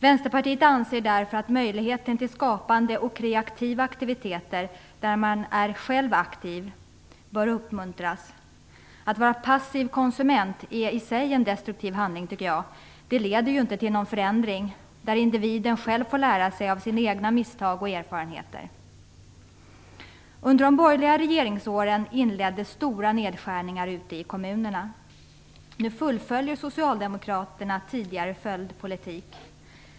Vänsterpartiet anser därför att möjligheten till skapande och kreativa aktiviteter där man själv är aktiv bör uppmuntras. Att vara passiv konsument är i sig en destruktiv handling, tycker jag. Det leder inte till någon förändring där individen själv får lära sig av sina egna misstag och erfarenheter. Under de borgerliga regeringsåren inleddes stora nedskärningar ute i kommunerna. Nu fullföljer Socialdemokraterna tidigare förd politik.